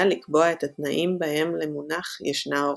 לקבוע את התנאים בהם למונח ישנה הוראה.